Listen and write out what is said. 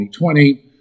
2020